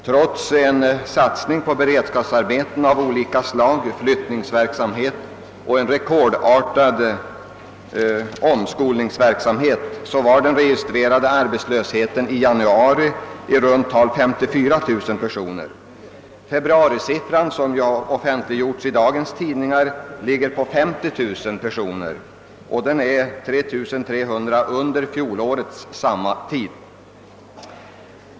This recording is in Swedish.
Trots en satsning på beredskapsarbeten av olika slag, flyttningsverksamhet och en rekordartad omskolningsverksamhet var den registrerade arbetslösheten under januari i runt tal 54 000 personer. Februarisiffran, som har offentliggjorts i dagens tidningar, ligger på 50 000 personer och understiger med 3 300 personer noteringen för samma tid under föregående år.